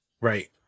Right